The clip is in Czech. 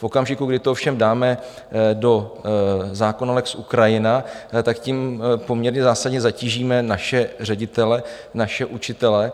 V okamžiku, kdy to ovšem dáme do zákona lex Ukrajina, tak tím poměrně zásadně zatížíme naše ředitele, naše učitele.